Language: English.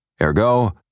Ergo